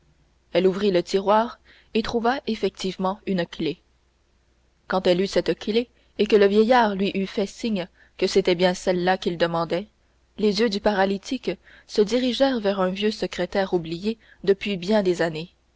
elle ouvrit le tiroir et trouva effectivement une clef quand elle eut cette clef et que le vieillard lui eut fait signe que c'était bien celle-là qu'il demandait les yeux du paralytique se dirigèrent vers un vieux secrétaire oublié depuis bien des années